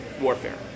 warfare